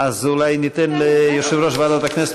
אולי ניתן ליושב-ראש ועדת הכנסת,